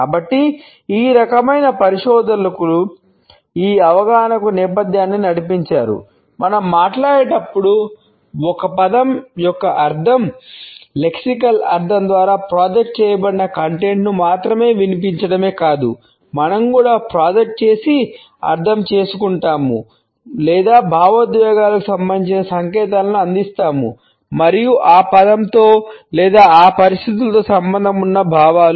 కాబట్టి ఈ రకమైన పరిశోధకులు ఈ అవగాహనకు నేపథ్యాన్ని నడిపించారు మనం మాట్లాడేటప్పుడు ఒక పదం యొక్క అర్ధం లెక్సికల్ చేసి అర్థం చేసుకుంటాము లేదా భావోద్వేగాలకు సంబంధించిన సంకేతాలను అందిస్తాము మరియు ఆ పదంతో లేదా ఆ పరిస్థితులతో సంబంధం ఉన్న భావాలు